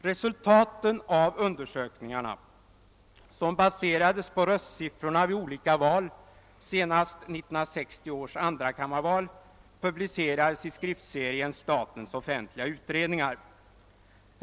Resultaten av undersökningarna som baserades på röstsiffrorna vid olika val, senast 1960 års andrakammarval, publicerades i skriftserien Statens offentliga utredningar.